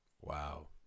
wow